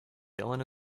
dylan